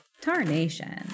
Tarnation